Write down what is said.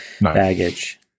baggage